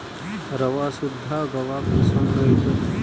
रवासुद्धा गव्हापासून मिळतो